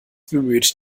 bemüht